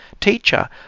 Teacher